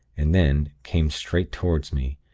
and then came straight toward me,